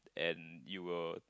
and you will